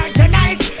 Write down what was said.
tonight